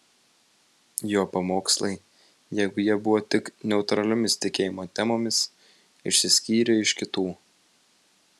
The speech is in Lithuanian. jo pamokslai jeigu jie buvo tik neutraliomis tikėjimo temomis išsiskyrė iš kitų